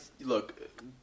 look